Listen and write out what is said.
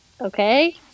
Okay